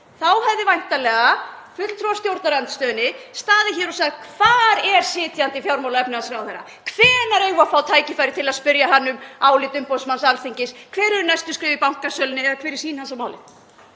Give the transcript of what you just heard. Þá hefðu væntanlega fulltrúar úr stjórnarandstöðunni staðið hér og sagt: Hvar er sitjandi fjármála- og efnahagsráðherra? Hvenær eigum við að fá tækifæri til að spyrja hann um álit umboðsmanns Alþingis? Hver eru næstu skref í bankasölunni? Hver er sýn hans á málið?